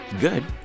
good